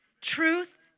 Truth